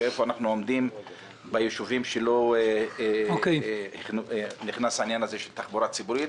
ואיפה אנחנו עומדים ביישובים שלא נכנסה אליהם תחבורה ציבורית?